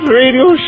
radio